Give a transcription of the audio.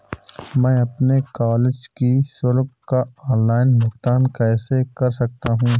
मैं अपने कॉलेज की शुल्क का ऑनलाइन भुगतान कैसे कर सकता हूँ?